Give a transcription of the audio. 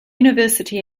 university